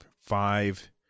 five